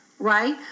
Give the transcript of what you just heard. right